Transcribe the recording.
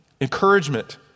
Encouragement